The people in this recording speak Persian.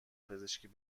پزشک